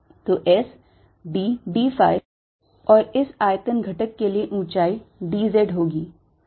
तो S d d phi और इस आयतन घटक के लिए ऊंचाई d z होगी